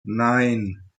nein